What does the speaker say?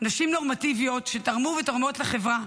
נשים נורמטיביות שתרמו ותורמות לחברה,